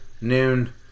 noon